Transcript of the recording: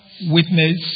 witness